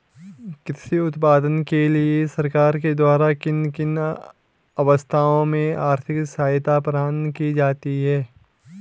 कृषि उत्पादन के लिए सरकार के द्वारा किन किन अवस्थाओं में आर्थिक सहायता प्रदान की जाती है?